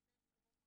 למצלמות